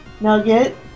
Nugget